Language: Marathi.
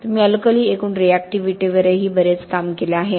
तुम्ही अल्कली एकूण रिऍक्टिव्हिटीवरही बरेच काम केले आहे